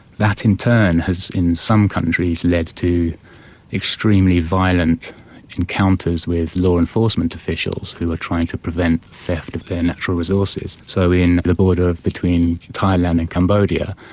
that in turn has in some countries led to extremely violent encounters with law enforcement officials who are trying to prevent theft of their natural resources. so in the border between thailand and cambodia,